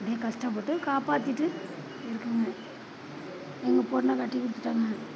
இப்படியே கஷ்டப்பட்டு காப்பாற்றிட்டு இருக்கேங்க எங்கள் பொண்ணை கட்டிக் கொடுத்துட்டேங்க